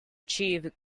achieve